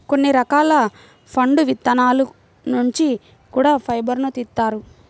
కొన్ని రకాల పండు విత్తనాల నుంచి కూడా ఫైబర్ను తీత్తారు